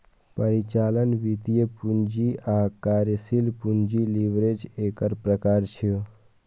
परिचालन, वित्तीय, पूंजी आ कार्यशील पूंजी लीवरेज एकर प्रकार छियै